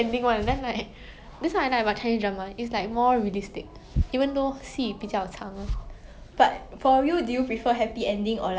I want a realistic ending but a somewhat happy one also you know like 有些戏你看他们的 ending 很 smooth 这样子